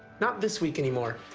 not this week anymore,